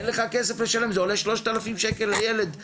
אין לך כסף לשלם, זה עולה 3,000 שקל לילד לשנה.